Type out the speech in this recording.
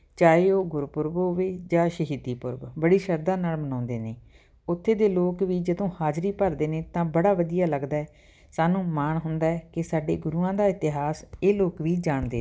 ਚਾਹੇ ਉਹ ਗੁਰਪੁਰਬ ਹੋਵੇ ਜਾਂ ਸ਼ਹੀਦੀ ਪੁਰਬ ਬੜੀ ਸ਼ਰਧਾ ਨਾਲ ਮਨਾਉਂਦੇ ਨੇ ਉੱਥੇ ਦੇ ਲੋਕ ਵੀ ਜਦੋਂ ਹਾਜਰੀ ਭਰਦੇ ਨੇ ਤਾਂ ਬੜਾ ਵਧੀਆ ਲੱਗਦਾ ਹੈ ਸਾਨੂੰ ਮਾਣ ਹੁੰਦਾ ਹੈ ਕਿ ਸਾਡੇ ਗੁਰੂਆਂ ਦਾ ਇਤਿਹਾਸ ਇਹ ਲੋਕ ਵੀ ਜਾਣਦੇ